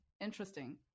Interesting